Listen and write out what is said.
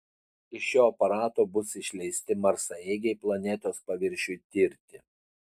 iš šio aparato bus išleisti marsaeigiai planetos paviršiui tirti